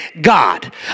God